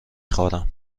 خورم